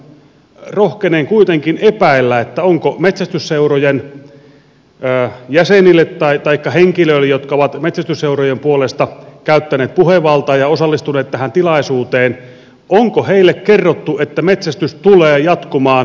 rohkenen kuitenkin epäillä onko metsästysseurojen jäsenille taikka henkilöille jotka ovat metsästysseurojen puolesta käyttäneet puhevaltaa ja osallistuneet tähän tilaisuuteen kerrottu että metsästys tulee jatkumaan entisellään